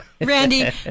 Randy